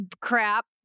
crap